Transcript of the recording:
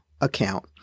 account